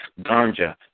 ganja